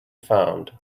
found